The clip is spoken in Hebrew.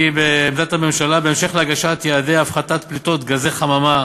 עמדת הממשלה: בהמשך להגשת יעדי הפחתת פליטות גזי חממה,